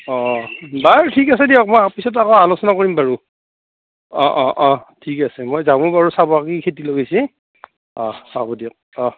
অঁ বাৰু ঠিক আছে দিয়ক মই পিছত আকৌ আলোচনা কৰিম বাৰু অঁ অঁ অঁ ঠিক আছে মই যামো বাৰু চাবা কি খেতি লগাইছে অঁ হ'ব দিয়ক অঁ